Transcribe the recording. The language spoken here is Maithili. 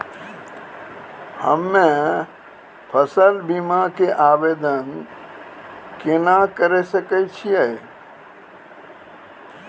हम्मे फसल बीमा के आवदेन केना करे सकय छियै?